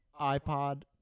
iPod